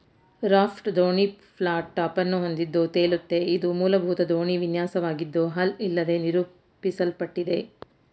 raft ದೋಣಿ flat ಟಾಪನ್ನು ಹೊಂದಿದ್ದು ತೇಲುತ್ತೆ ಇದು ಮೂಲಭೂತ ದೋಣಿ ವಿನ್ಯಾಸವಾಗಿದ್ದು ಹಲ್ ಇಲ್ಲದೇ ನಿರೂಪಿಸಲ್ಪಟ್ಟಿದೆ